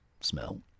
smell